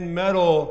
metal